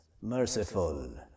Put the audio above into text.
merciful